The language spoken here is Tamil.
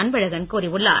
அன்பழகன் கூறியுள்ளார்